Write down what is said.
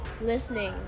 listening